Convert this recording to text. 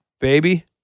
baby